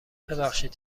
ببخشید